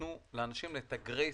וייתנו לאנשים את הגרייס,